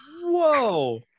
Whoa